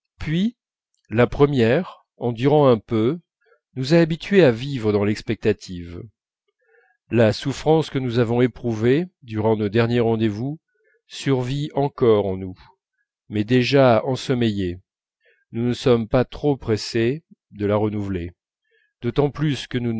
puis la première en durant un peu nous a habitués à vivre dans l'expectative la souffrance que nous avons éprouvée durant nos derniers rendez-vous survit encore en nous mais déjà ensommeillée nous ne sommes pas trop pressés de la renouveler d'autant plus que nous